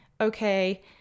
okay